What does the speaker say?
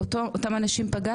אותם אנשים פגשת?